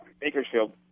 Bakersfield